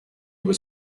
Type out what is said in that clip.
was